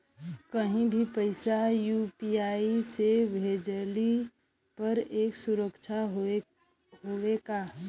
कहि भी पैसा यू.पी.आई से भेजली पर ए सुरक्षित हवे का?